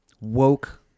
woke